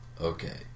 okay